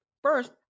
First